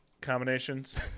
combinations